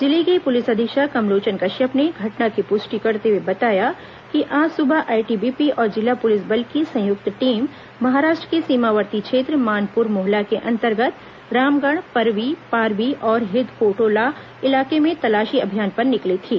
जिले के पुलिस अधीक्षक कमलोचन कश्यप ने घटना की पुष्टि करते हुए बताया कि आज सुबह आईटीबीपी और जिला पुलिस बल की संयुक्त टीम महाराष्ट्र के सीमावर्ती क्षेत्र मानपुर मोहला के अंतर्गत रामगढ़ परवी पारवी और हिदर्कोटोला इलाके में तलाशी अभियान पर निकली थी